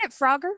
Frogger